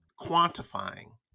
quantifying